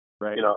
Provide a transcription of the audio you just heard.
Right